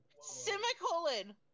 Semicolon